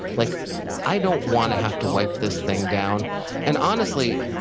like i don't want to have to wipe this thing down and honestly,